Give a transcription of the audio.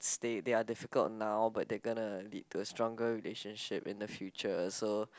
they they are difficult now but they gonna lead to a stronger relationship in the future so